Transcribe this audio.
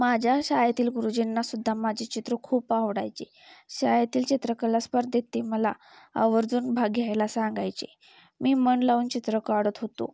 माझ्या शाळेतील गुरुजींना सुद्धा माझी चित्र खूप आवडायचे शाळेतील चित्रकला स्पर्धेत ते मला आवर्जून भाग घ्यायला सांगायचे मी मन लावून चित्र काढत होतो